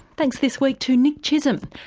thanks this week to nick chisholm,